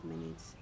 minutes